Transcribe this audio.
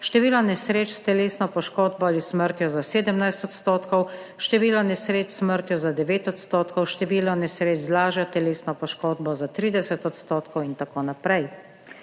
število nesreč s telesno poškodbo ali smrtjo za 17 %, število nesreč s smrtjo za 9 %, število nesreč z lažjo telesno poškodbo za 30 % in tako naprej.